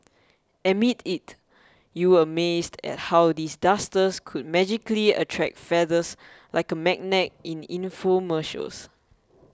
admit it you were amazed at how these dusters could magically attract feathers like a magnet in the infomercials